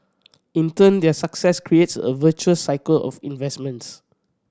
in turn their success creates a virtuous cycle of investments